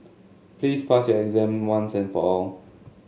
please pass your exam once and for all